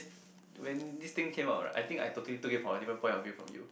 when this thing came out I think I totally took it from a different point of view from you